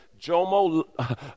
Jomo